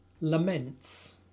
laments